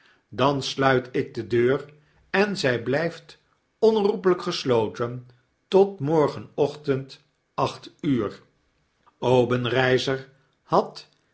dan sluit ik de deur en zy blyft onherroepelyk gesloten tot morgenochtend acht uur obenreizer had